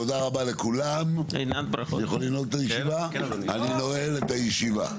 תודה רבה לכולם, אני נועל את הישיבה.